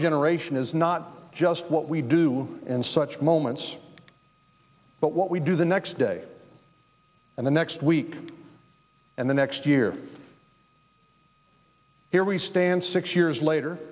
generation is not just what we do in such moments but what we do the next day and the next week and the next year here we stand six years later